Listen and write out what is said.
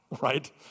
right